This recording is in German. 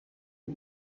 die